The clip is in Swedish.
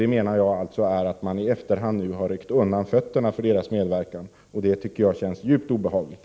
Det menar jag innebär att man i efterhand har slagit undan benen för deras medverkan. Det känns djupt obehagligt.